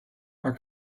our